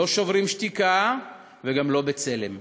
לא "שוברים שתיקה" וגם לא "בצלם".